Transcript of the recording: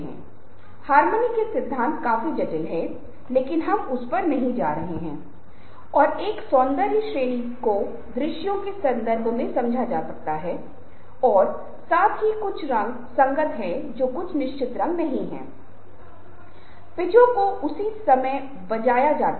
हालाँकि इस विशेष पाठ्यक्रम का यह हाईलाइट नहीं है लेकिन फिर भी हम यू ट्यूब वीडियो और कुछ गतिविधियों को जोड़ने का एक छोटा सा काम करेंगे जो विशेष रूप से समूह चर्चा पर रौशनी डालेगा